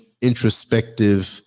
introspective